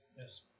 Yes